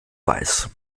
weiß